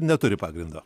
neturi pagrindo